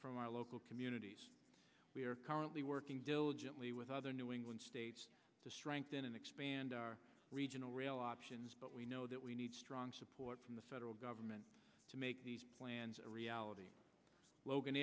from our local communities we are currently working diligently with other new england states to strengthen and expand our regional rail options but we know that we need strong support from the federal government to make these plans a reality logan